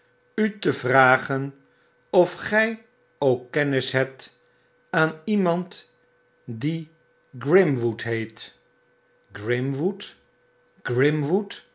u te vragen ofgijook kennis hebt aan iemand die grimwood beet